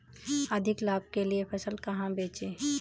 अधिक लाभ के लिए फसल कहाँ बेचें?